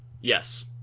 yes